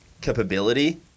capability